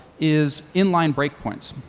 is inline breakpoints.